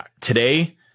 today